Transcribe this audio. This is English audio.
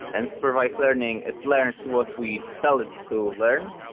and supervised learning, it learns what we tell it to learn.